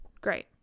great